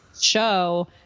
show